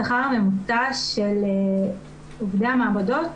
השכר הממוצע של עובדי המעבדות,